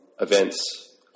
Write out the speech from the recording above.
events